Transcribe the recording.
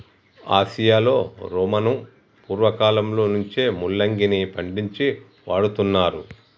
ఆసియాలో రోమను పూర్వకాలంలో నుంచే ముల్లంగిని పండించి వాడుతున్నారు